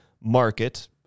market